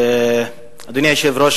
אדוני היושב-ראש,